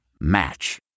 Match